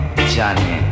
Johnny